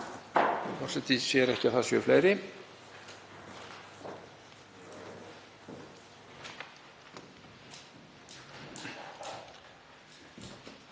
Það eru fleiri